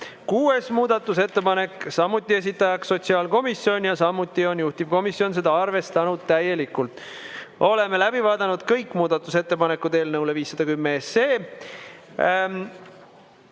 Kuues muudatusettepanek, samuti esitaja sotsiaalkomisjon ja samuti on juhtivkomisjon seda arvestanud täielikult. Oleme läbi vaadanud kõik muudatusettepanekud eelnõu 510